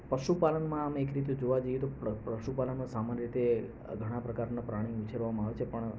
પશુપાલનમાં આમ એક રીતે જોવા જઈએ તો પશુ પાલનમાં સામાન્ય રીતે ઘણા પ્રકારનાં પ્રાણી ઉછેરવામાં આવે છે પણ